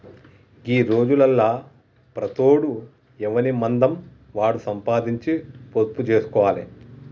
గీ రోజులల్ల ప్రతోడు ఎవనిమందం వాడు సంపాదించి పొదుపు జేస్కోవాలె